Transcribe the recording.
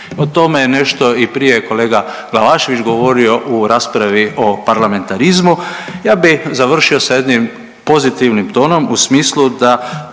O tome je nešto i prije kolega Glavašević govorio u raspravi o parlamentarizmu. Ja bi završio sa jednim pozitivnim tonom u smislu da